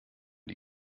die